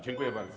Dziękuję bardzo.